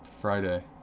Friday